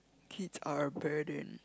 kids are burden